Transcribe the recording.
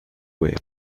web